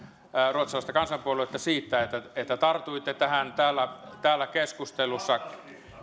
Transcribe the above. ruotsalaista kansanpuoluetta siitä että että tartuitte siihen täällä keskustelussa